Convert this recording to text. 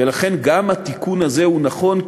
ולכן גם התיקון הזה הוא נכון,